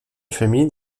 famille